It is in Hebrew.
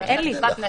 עזרת נשים,